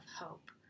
hope